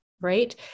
right